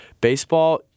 baseball